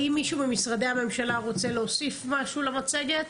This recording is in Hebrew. האם מישהו ממשרדי הממשלה רוצה להוסיף משהו למצגת?